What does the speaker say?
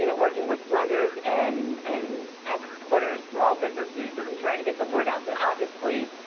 you know working with lenders and and exporters, small businesses, that we try to get the word out, but obviously,